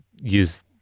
use